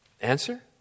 Answer